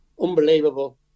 unbelievable